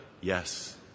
Yes